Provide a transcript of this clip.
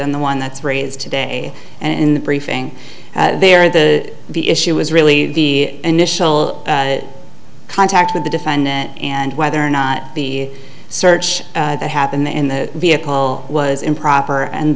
than the one that's raised today in the briefing there the the issue was really the initial contact with the defendant and whether or not the search that happened in the vehicle was improper and